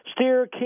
steer